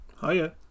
Hiya